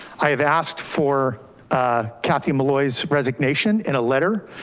i have asked for kathy molloy's resignation in a letter.